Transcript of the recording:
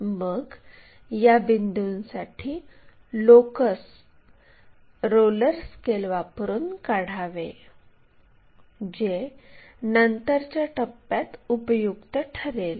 मग या बिंदूंसाठी लोकस रोलर स्केल वापरुन काढावे जे नंतरच्या टप्प्यात उपयुक्त ठरेल